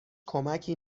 کمکی